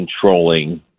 controlling